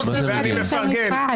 הוא יועץ משפטי של משרד